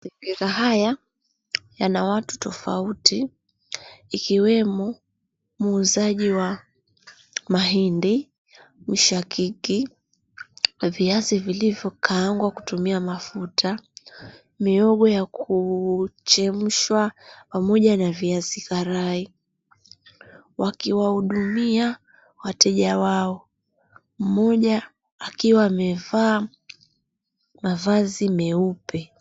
Mazingira haya yana watu tofauti ikiwemo muuzaji wa mahindi, mishakiki na viazi vilivyo kaangwa kutumia mafuta, miogo ya kuchemshwa pamoja na viazi karai waki wahudumia wateja wao mmjoja akiwa amevaa mavazi meupe.